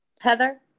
Heather